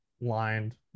lined